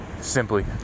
Simply